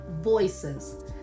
Voices